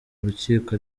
urukiko